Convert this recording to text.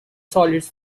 solids